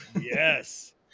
yes